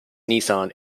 nissan